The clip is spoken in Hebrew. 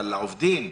אבל העובדים,